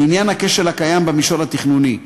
לעניין הכשל הקיים במישור התכנוני,